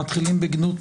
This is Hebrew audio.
מתחילים בגנות,